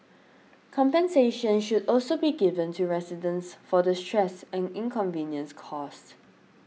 compensation should also be given to residents for the stress and inconvenience caused